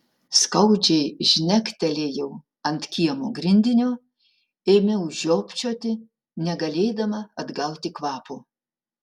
skaudžiai žnektelėjau ant kiemo grindinio ėmiau žiopčioti negalėdama atgauti kvapo